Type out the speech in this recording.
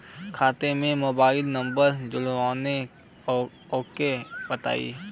खाता में mobile number जोड़ना ओके बताई?